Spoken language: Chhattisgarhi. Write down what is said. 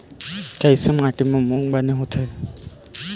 कइसे माटी म मूंग बने होथे?